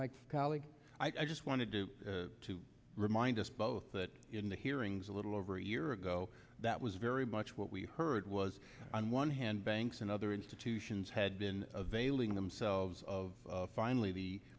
colleague i just want to do to remind us both that in the hearings a little over a year ago that was very much what we heard was on one hand banks and other institutions had been availing themselves of finally the